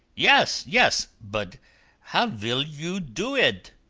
yes, yes! bud how vill you do id?